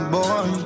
boy